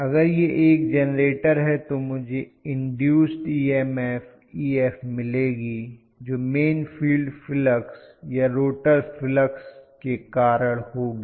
अगर यह एक जेनरेटर है तो मुझे इंड्यूस्ड ईएमएफ Ef मिलेगी जो मेन फील्ड फ्लक्स या रोटर फ्लक्स के कारण होगी